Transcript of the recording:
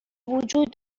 وجود